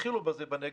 התחילו בזה בנגב,